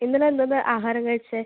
ഇന്നലെ എന്തുന്നാണ് ആഹാരം കഴിച്ചത്